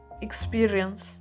experience